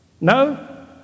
No